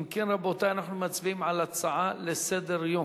אם כן, רבותי, אנחנו מצביעים על הצעה לסדר-היום.